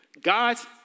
God's